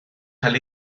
cael